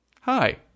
Hi